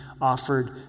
offered